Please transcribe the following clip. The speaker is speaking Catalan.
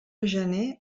gener